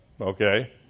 okay